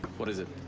what is it?